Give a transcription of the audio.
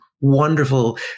Wonderful